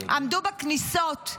עמדו בכניסות.